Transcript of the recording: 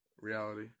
reality